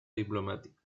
diplomática